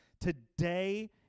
today